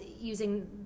using